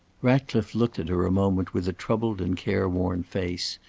ratcliffe looked at her a moment with a troubled and careworn face.